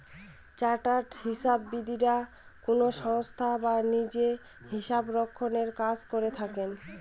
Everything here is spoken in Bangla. চার্টার্ড হিসাববিদরা কোনো সংস্থায় বা নিজে হিসাবরক্ষনের কাজ করে থাকেন